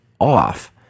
off